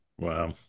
Wow